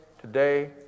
today